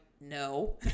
no